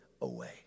away